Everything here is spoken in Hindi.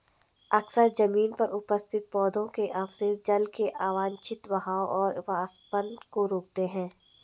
अक्सर जमीन पर उपस्थित पौधों के अवशेष जल के अवांछित बहाव और वाष्पन को रोकते हैं